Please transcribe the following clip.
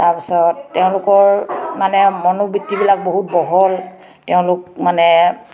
তাৰপিছত তেওঁলোকৰ মানে মনোবৃত্তিবিলাক বহুত বহল তেওঁলোক মানে